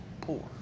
Poor